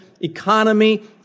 economy